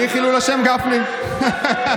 אני חילול השם, גפני?